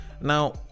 Now